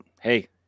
hey